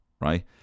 right